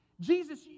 jesus